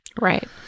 right